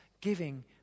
giving